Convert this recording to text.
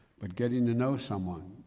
but getting to know someone,